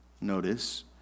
notice